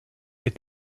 they